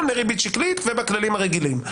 לריבית שקלית לפי הכללים הרגילים,